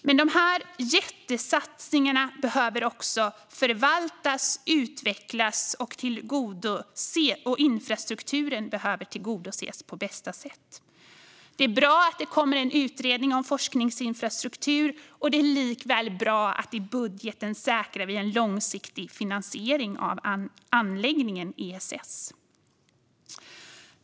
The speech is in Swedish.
Men dessa jättesatsningar behöver också förvaltas och utvecklas, och infrastrukturen behöver tillgodoses på bästa sätt. Det är bra att det kommer en utredning om forskningsinfrastruktur. Det är även bra att vi i budgeten säkrar en långsiktig finansiering av anläggningen ESS.